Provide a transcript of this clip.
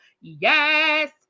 yes